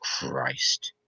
Christ